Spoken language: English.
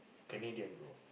Canadian bro